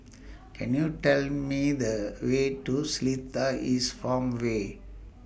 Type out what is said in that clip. Can YOU Tell Me The Way to Seletar East Farmway